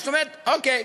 אוקיי.